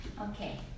okay